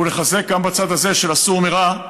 ולחזק גם בצד הזה של ה"סור מרע"